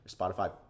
Spotify